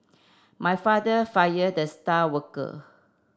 my father fired the star worker